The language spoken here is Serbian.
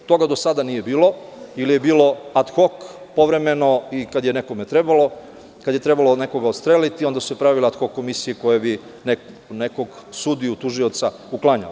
Toga do sada nije bilo ili je bilo ad hok, povremeno i kada je nekome trebalo, kada je trebalo nekoga odstreliti, onda su pravila ad hok komisije koja bi nekog sudiju, tužioca, uklanjao.